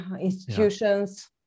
institutions